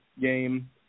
game